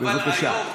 בבקשה.